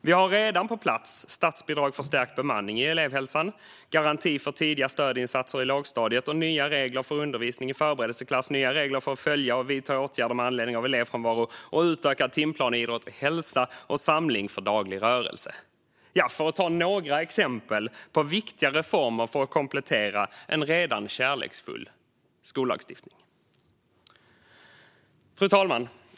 Vi har redan på plats statsbidrag för stärkt bemanning i elevhälsan, garanti för tidiga stödinsatser i lågstadiet och nya regler för undervisning i förberedelseklass, nya regler för att följa och vidta åtgärder med anledning av elevfrånvaro, utökad timplan i idrott och hälsa och samling för daglig rörelse. Detta är några exempel på viktiga reformer för att komplettera en redan kärleksfull skollagstiftning. Fru talman!